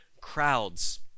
crowds